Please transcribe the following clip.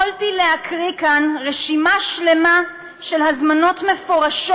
יכולתי להקריא כאן רשימה שלמה של הזמנות מפורשות